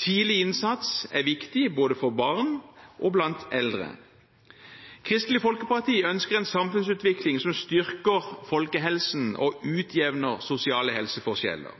Tidlig innsats er viktig, både for barn og blant eldre. Kristelig Folkeparti ønsker en samfunnsutvikling som styrker folkehelsen og utjevner sosiale helseforskjeller.